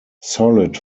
solid